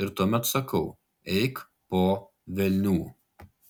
ir tuomet sakau eik po velnių